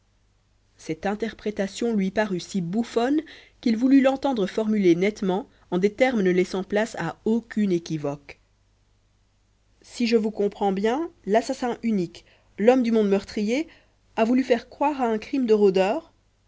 cette interprétation lui parut si bouffonne qu'il voulut l'entendre formuler nettement en des termes ne laissant place à aucune équivoque si je vous comprends bien l'assassin unique l'homme du monde meurtrier a voulu faire croire à un crime de rôdeurs